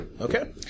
Okay